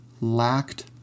lacked